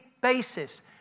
basis